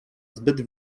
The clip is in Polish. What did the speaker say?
zbyt